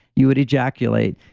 you would ejaculate.